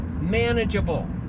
manageable